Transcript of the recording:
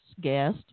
guest